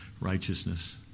righteousness